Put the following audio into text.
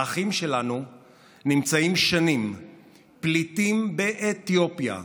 האחים שלנו נמצאים שנים כפליטים באתיופיה,